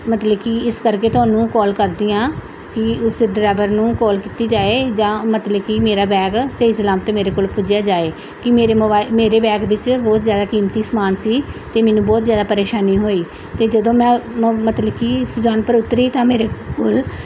ਮਤਲਬ ਕਿ ਇਸ ਕਰਕੇ ਤੁਹਾਨੂੰ ਕਾਲ ਕਰਦੀ ਹਾਂ ਕਿ ਉਸ ਡਰਾਈਵਰ ਨੂੰ ਕਾਲ ਕੀਤੀ ਜਾਏ ਜਾਂ ਮਤਲਬ ਕਿ ਮੇਰਾ ਬੈਗ ਸਹੀ ਸਲਾਮਤ ਮੇਰੇ ਕੋਲ ਪੁੱਜਿਆ ਜਾਏ ਕਿ ਮੇਰੇ ਮੋਬਾ ਮੇਰੇ ਬੈਗ ਵਿੱਚ ਬਹੁਤ ਜ਼ਿਆਦਾ ਕੀਮਤੀ ਸਮਾਨ ਸੀ ਅਤੇ ਮੈਨੂੰ ਬਹੁਤ ਜ਼ਿਆਦਾ ਪ੍ਰੇਸ਼ਾਨੀ ਹੋਈ ਅਤੇ ਜਦੋਂ ਮੈਂ ਮਤਲਬ ਕਿ ਸੁਜਾਨਪੁਰ ਉੱਤਰੀ ਤਾਂ ਮੇਰੇ ਕੋਲ